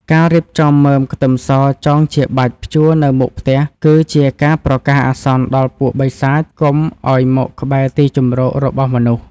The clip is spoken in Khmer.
ការរៀបចំមើមខ្ទឹមសចងជាបាច់ព្យួរនៅមុខផ្ទះគឺជាការប្រកាសអាសន្នដល់ពួកបិសាចកុំឱ្យមកក្បែរទីជម្រករបស់មនុស្ស។